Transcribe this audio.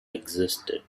existed